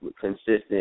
consistent